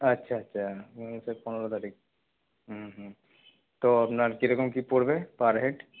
আচ্ছা আচ্ছাএই মাসের পনেরো তারিখ হুম হুম তো আপনার কী রকম কী পড়বে পার হেড